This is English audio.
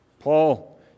Paul